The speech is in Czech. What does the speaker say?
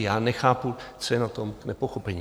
Já nechápu, co je na tom k nepochopení.